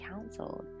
counseled